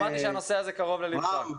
שמעתי שהנושא הזה קרוב לליבך.